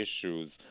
issues